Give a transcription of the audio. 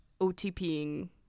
OTPing